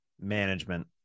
Management